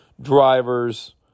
drivers